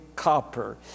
Copper